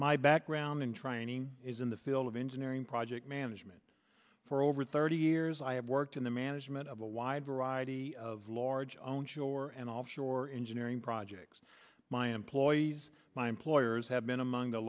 my background and training is in the field of engineering project management for over three thirty years i have worked in the management of a wide variety of large own sure and offshore engineering projects my employees my employers have been among the